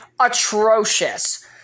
atrocious